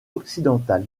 occidental